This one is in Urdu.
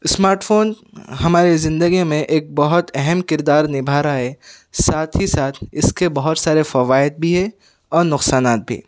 اسمارٹ فون ہماری زندگی میں ایک بہت اہم کردار نبھا رہا ہے ساتھ ہی ساتھ اس کے بہت سارے فوائد بھی ہیں اور نقصانات بھی